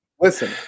Listen